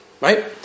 Right